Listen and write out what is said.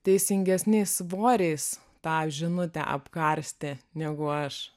teisingesniais svoriais tą žinutę apkarstė negu aš